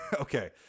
Okay